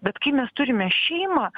bet kai mes turime šeimą